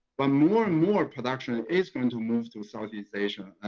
but more and more production and is going to move to southeast asia,